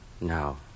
now